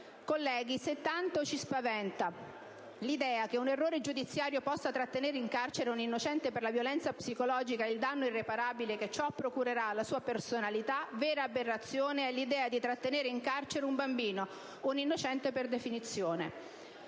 Colleghi, se tanto ci spaventa l'idea che un errore giudiziario possa trattenere in carcere un innocente per la violenza psicologica ed il danno irreparabile che ciò procurerà alla sua personalità, vera aberrazione è l'idea di trattenere in carcere un bambino, un innocente per definizione.